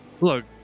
Look